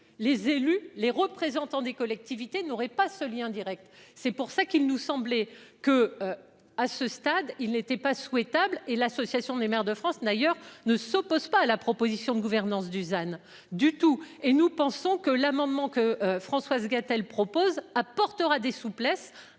Les élus, les représentants des collectivités n'aurait pas ce lien Direct. C'est pour ça qu'il nous semblait que. À ce stade il n'était pas souhaitable et l'Association des maires de France n'ailleurs ne s'oppose pas à la proposition de gouvernance Dusan du tout et nous pensons que l'amendement que Françoise Gatel propose apportera des souplesses